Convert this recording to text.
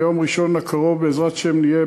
ביום ראשון הקרוב בעזרת השם נהיה